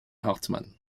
hartmann